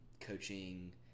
coaching –